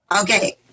okay